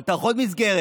פתח עוד מסגרת